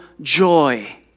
joy